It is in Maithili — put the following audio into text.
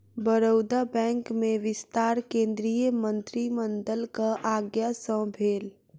बड़ौदा बैंक में विस्तार केंद्रीय मंत्रिमंडलक आज्ञा सँ भेल